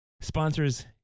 sponsors